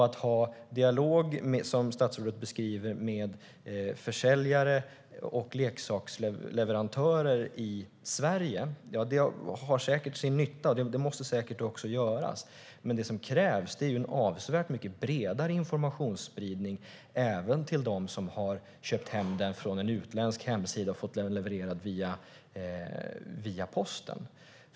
Att ha dialog, som statsrådet beskriver, med försäljare och leksaksleverantörer i Sverige har säkert sin nytta. Det måste säkert också göras. Men det som krävs är en avsevärt bredare informationsspridning, även till dem som har köpt den via en utländsk hemsida och fått den levererad via posten.